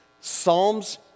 Psalms